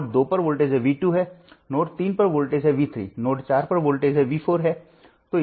पहला super node के लिए है दूसरा वोल्टेज स्रोत के लिए है